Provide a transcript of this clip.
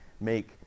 make